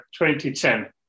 2010